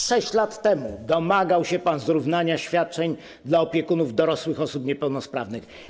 6 lat temu domagał się pan zrównania świadczeń dla opiekunów dorosłych osób niepełnosprawnych.